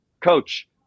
coach